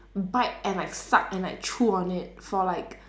bite and like suck and like chew on it for like